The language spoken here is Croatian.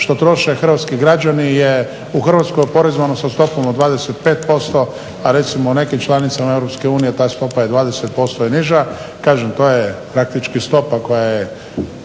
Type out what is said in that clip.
što troše hrvatski građani je u Hrvatskoj oporezovano sa stopom od 25% a recimo u nekim članicama EU ta stopa je 20% i niža. Kažem to je praktički stopa koja je